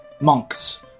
Monk's